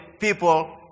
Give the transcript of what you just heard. people